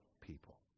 people